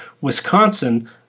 Wisconsin